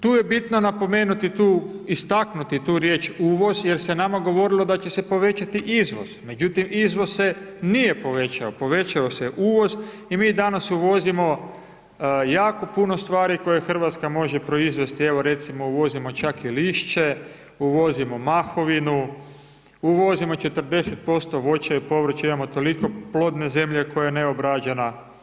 Tu je bitno napomenuti tu, istaknuti tu riječ uvoz, jer se nama govorilo da će se povećati izvoz, međutim izvoz se nije poveća, povećao se je uvoz i mi danas uvozimo jako puno stvari koje Hrvatska može proizvesti, evo recimo uvozimo čak i lišće, uvozimo mahovinu, uvozimo 40% voća i povrća, imamo toliko plodne zemlje koja je neobrađena.